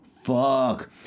Fuck